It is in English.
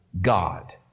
God